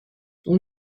اون